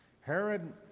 Herod